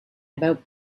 about